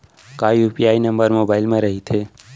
का UPI number mobile म रहिथे?